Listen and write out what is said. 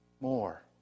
more